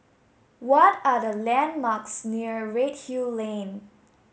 what are the landmarks near Redhill Lane